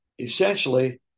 essentially